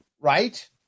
right